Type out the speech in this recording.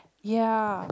ya